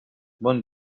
bon